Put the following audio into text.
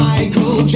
Michael